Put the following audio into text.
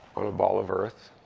on a ball of earth,